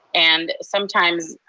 and sometimes